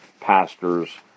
pastors